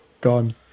gone